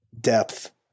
depth